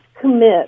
commit